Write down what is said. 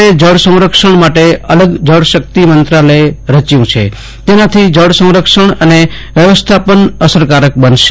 સરકારે જળ સંરક્ષણ માટે અલગ જળશક્તિ મંત્રાલય રચ્યુ છે તેનાથી જળસંરક્ષણ અને વ્યવસ્થાપન અસરકારક બનશે